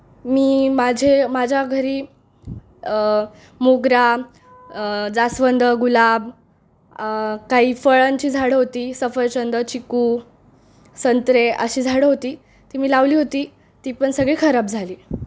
मी माझे माझ्या घरी मोगरा जास्वंद गुलाब काही फळांची झाडं होती सफरचंद चिकू संत्रे अशी झाडं होती ती मी लावली होती ती पण सगळी खराब झाली